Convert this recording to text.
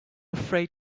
afraid